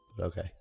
Okay